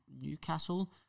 Newcastle